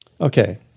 Okay